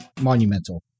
monumental